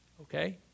okay